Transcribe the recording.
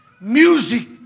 music